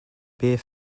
beer